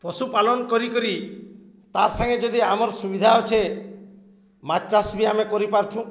ପଶୁପାଳନ କରିକରି ତା ସାଙ୍ଗେ ଯଦି ଆମର୍ ସୁବିଧା ଅଛେ ମାଛ୍ ଚାଷ୍ ବି ଆମେ କରିପାରୁଛୁ